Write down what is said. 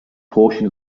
portion